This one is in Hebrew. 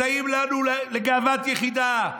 מסייעים לנו לגאוות יחידה,